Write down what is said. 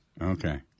okay